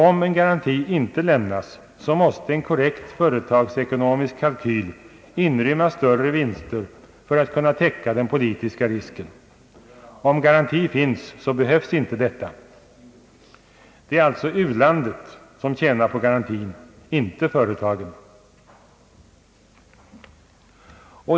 Om garanti inte lämnas, måste en korrekt företagsekonomisk kalkyl inrymma större vinster för att täcka den politiska risken. Om garanti finns, behövs inte detta. Det är alltså u-landet som tjänar på garantin, inte företagen.